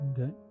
okay